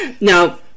Now